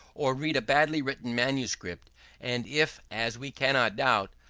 or read a badly-written manuscript and if, as we cannot doubt,